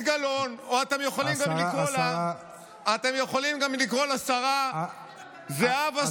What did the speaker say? או אתם יכולים גם לקרוא לשרה גם זהבה סטרוק.